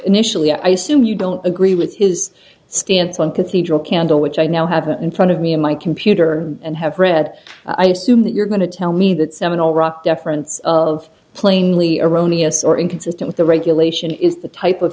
initially i assume you don't agree with his stance one cathedral candle which i now have in front of me in my computer and have read i assume that you're going to tell me that seminal rock deference of plainly erroneous or inconsistent the regulation is the type of